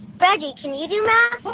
reggie, can you do math?